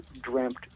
dreamt